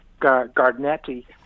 Gardnetti